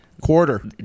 Quarter